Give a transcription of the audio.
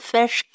Fish